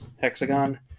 hexagon